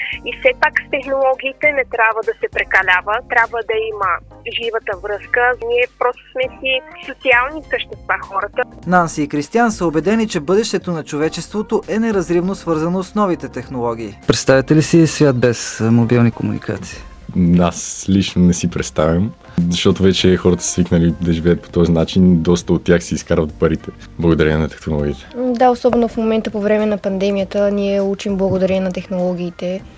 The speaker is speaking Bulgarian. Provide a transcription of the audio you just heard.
И все пак с технологиите не трябва да се прекалява, трябва да има живата връзка. Ние просто сме си социални същества, хората. Нанси и Кристиан са убедени, че бъдещето на човечеството е неразривно свързано с новите технологии. Представяте ли си свят без мобилни комуникации? Аз лично не си представям, защото вече хората са свикнали да живеят по този начин, доста от тях си изкарват парите благодарение на технологиите. М, да, особено в момента по време на пандемията ние учим благодарение на технологиите.